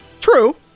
True